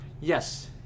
yes